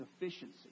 efficiency